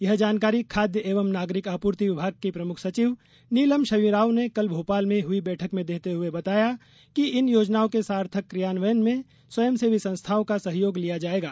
यह जानकारी खाद्य एवं नागरिक आपूर्ति विभाग की प्रमुख सचिव नीलम शमी राव ने केंल भोपाल में हुई बैठक में देते हुए बताया कि इन योजनाओं के सार्थक कियान्वयन में स्वयंसेवी संस्थाओं का सहयोग लिया जायेगा